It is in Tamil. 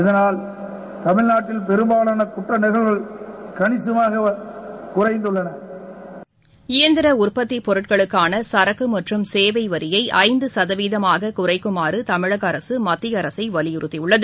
இதனால் தமிழ்நாட்டில் பெரும்பாவான குற்ற நிகழ்வுகள் கணிசமாக குறைந்தள்ளன இயந்திர உற்பத்திப்பொருட்களுக்கான சரக்கு மற்றும் சேவை வரியை ஐந்து சதவீதமாக குறைக்குமாறு தமிழக அரசு மத்திய அரசை வலியுறுத்தியுள்ளது